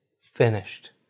finished